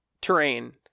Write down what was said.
terrain